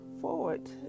forward